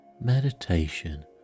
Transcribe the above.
meditation